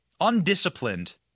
undisciplined